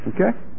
okay